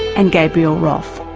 and gabriel roth.